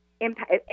impact